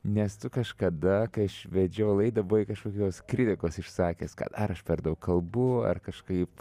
nes tu kažkada kai aš vedžiau laidą buvai kažkokios kritikos išsakęs kad ar aš per daug kalbu ar kažkaip